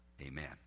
Amen